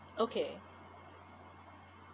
okay